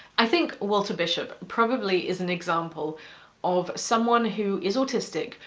i think walter bishop probably is an example of someone who is autistic,